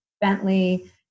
Bentley